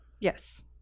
Yes